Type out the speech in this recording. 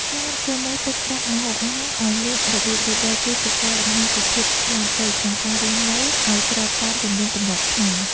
ការប្រមូលទុកដាក់ម្ហូបអាហារឱ្យមានរបៀបរៀបរយ គឺជាការបង្ហាញពីភាពឆ្លាតវៃក្នុងការរស់នៅឱ្យស្របតាមទំនៀមទម្លាប់ខ្មែរ។